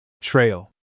trail